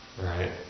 Right